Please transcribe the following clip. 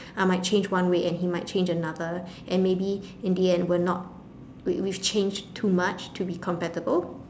I might change one way and he might change another and maybe in the end we're not we we changed too much to be compatible